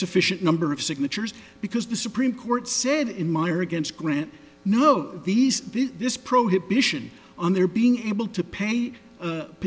sufficient number of signatures because the supreme court said in my are against grant no these this prohibit bishan on their being able to pay